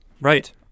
right